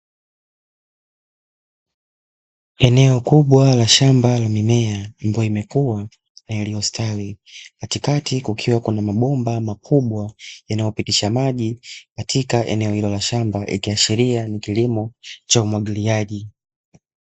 Eneo kubwa la shamba la mimea, ambayo imekuwa na iliyostawi katikati kukiwa na mabomba makubwa yanayopitisha maji katika eneo ilo la shamba ikiashiria ni kilimo cha umwagiliaji.